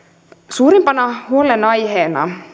suurimpana huolenaiheena